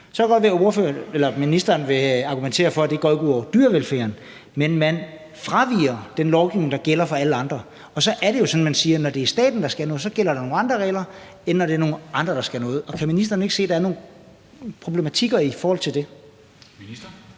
Så kan det godt være, at ministeren vil argumentere for, at det ikke går ud over dyrevelfærden, men man fraviger altså den lovgivning, der gælder for alle andre. På den måde siger man jo, at når det er staten, der skal lave noget, så gælder der nogle andre regler, end når det er andre, der skal lave noget. Kan ministeren ikke se, at der er nogle problematikker i forhold til det?